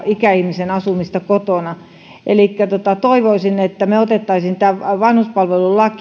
ikäihmisen asumista kotona elikkä toivoisin että me ottaisimme vanhuspalvelulain